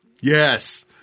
Yes